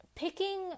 Picking